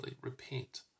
repent